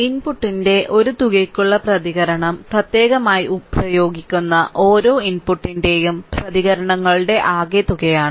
ഇൻപുട്ടിന്റെ ഒരു തുകയ്ക്കുള്ള പ്രതികരണം പ്രത്യേകമായി പ്രയോഗിക്കുന്ന ഓരോ ഇൻപുട്ടിന്റെയും പ്രതികരണങ്ങളുടെ ആകെത്തുകയാണ്